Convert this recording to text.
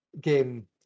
game